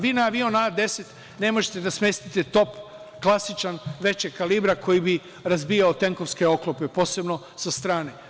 Vi na avion A-10 ne možete da smestite top klasičan, većeg kalibra, koji bi razbijao tenkovske oklope, posebno sa strane.